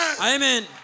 Amen